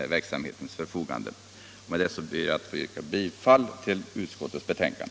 Med dessa ord ber jag att få yrka bifall till utskottets hemställan.